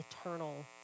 eternal